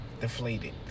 deflated